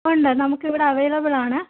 ഉണ്ട് നമുക്കിവിടെ അവൈലബിൾ ആണ്